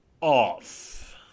off